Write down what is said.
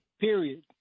period